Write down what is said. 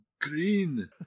green